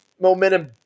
momentum